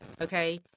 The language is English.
okay